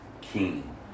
king